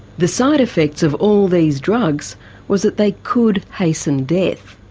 the side effects of all these drugs was that they could hasten death.